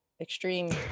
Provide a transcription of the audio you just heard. extreme